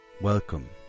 Welcome